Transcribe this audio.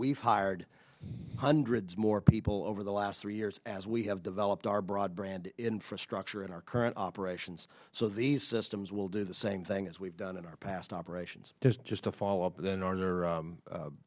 we've hired hundreds more people over the last three years as we have developed our broad brand infrastructure in our current operations so these systems will do the same thing as we've done in our past operations just a follow up then